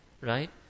right